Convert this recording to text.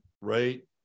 right